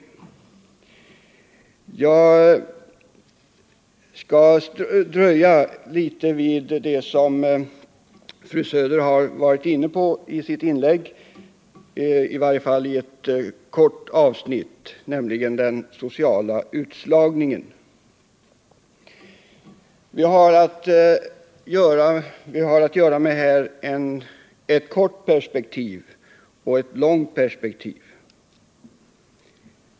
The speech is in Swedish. i; Jag skall dröja litet vid det som fru Söder har varit inne på i sitt inlägg, i varje fall i ett kort avsnitt, nämligen den sociala utslagningen. Vi har här att göra med ett kort perspektiv och ett långt perspektiv.